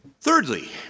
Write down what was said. thirdly